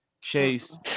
Chase